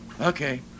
okay